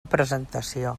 presentació